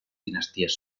dinasties